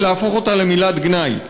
ולהפוך אותה למילת גנאי.